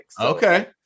Okay